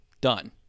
Done